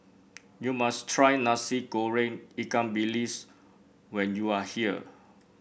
you must try Nasi Goreng Ikan Bilis when you are here